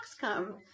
come